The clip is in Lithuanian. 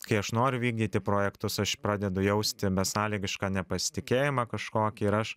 kai aš noriu vykdyti projektus aš pradedu jausti besąlygišką nepasitikėjimą kažkokį ir aš